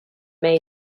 may